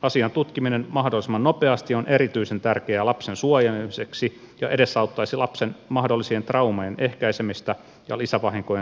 asian tutkiminen mahdollisimman nopeasti on erityisen tärkeää lapsen suojelemiseksi ja edesauttaisi lapsen mahdollisien traumojen ehkäisemistä ja lisävahinkojen syntymistä